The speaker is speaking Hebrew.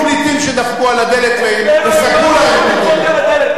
היו פליטים שדפקו על הדלת, וסגרו להם את הדלת.